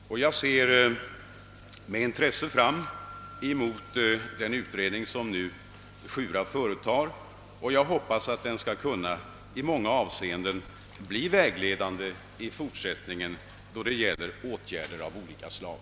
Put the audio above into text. Och jag ser med intrese fram mot resultatet av den utredning som SJURA nu företar och hoppas att den i många avseenden skall bli vägledande i fortsättningen när det gäller åtgärder av olika slag.